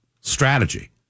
strategy